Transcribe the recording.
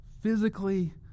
physically